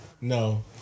No